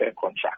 contract